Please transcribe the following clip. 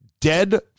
Dead